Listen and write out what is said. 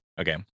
Okay